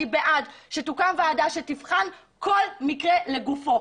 אני בעד שתוקם וועדה שתבחן כל מקרה לגופו.